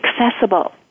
accessible